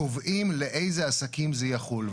קובעים לאיזה עסקים זה יחול.